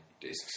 discs